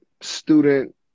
student